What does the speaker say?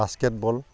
basketball